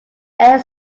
air